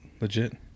legit